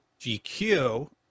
GQ